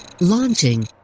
Launching